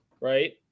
right